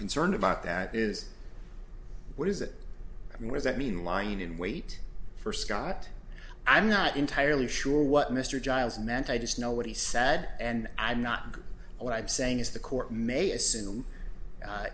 concerned about that is what is it i mean does that mean lying in wait for scott i'm not entirely sure what mr giles meant i just know what he said and i'm not what i'm saying is the court may assume